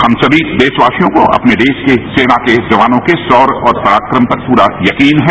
हम सभी देशवासियों को अपनी देश की सेना के जवानों के शौर्य और पराक्रम पर पूरा यकीन है